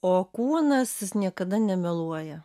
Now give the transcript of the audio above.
o kūnas jis niekada nemeluoja